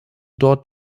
dort